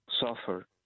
suffer